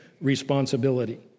responsibility